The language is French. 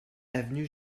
avenue